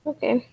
Okay